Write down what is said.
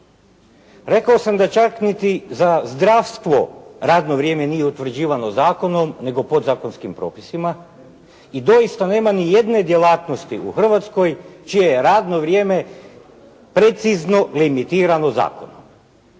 Rekao sam da čak niti za zdravstvo radno vrijeme nije utvrđivano zakonom nego podzakonskim propisima i doista nema ni jedne djelatnosti u Hrvatskoj čije je radno vrijeme precizno limitirano zakonom.